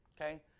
Okay